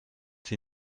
sie